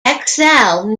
excel